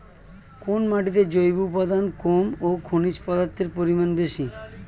কোন মাটিতে জৈব উপাদান কম ও খনিজ পদার্থের পরিমাণ বেশি?